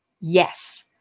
Yes